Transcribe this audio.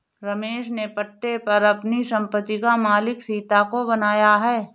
रमेश ने पट्टे पर अपनी संपत्ति का मालिक सीता को बनाया है